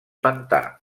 pantà